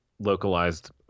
localized